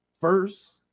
first